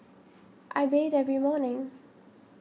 I bathe every morning